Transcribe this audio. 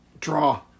draw